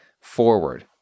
forward